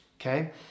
okay